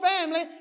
family